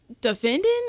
defending